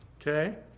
Okay